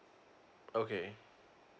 okay